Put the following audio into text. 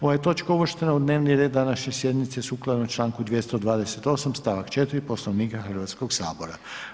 Ova je točka uvrštena u dnevni red današnje sjednice sukladno Članku 228. stavak 4. Poslovnika Hrvatskog sabora.